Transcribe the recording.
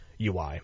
UI